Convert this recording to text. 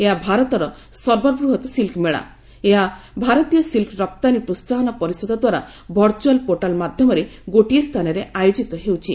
ଏହା ଭାରତର ସର୍ବବୃହତ ସିି୍କ୍ ମେଳା ଯାହାକି ଭାରତୀୟ ସିି୍କ ରପ୍ତାନୀ ପ୍ରୋହାହନ ପରିଷଦ ଦ୍ୱାରା ଭର୍ଚ୍ୟୁଆଲ ପୋର୍ଟାଲ ମାଧ୍ୟମରେ ଗୋଟିଏ ସ୍ଥାନରେ ଆୟୋଜିତ ହେଉଛି